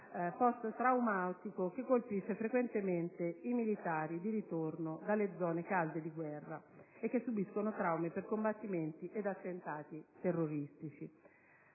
post-traumatico che colpisce frequentemente i militari di ritorno dalle zone calde di guerra e che subiscono traumi per combattimenti ed attentati terroristici.